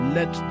Let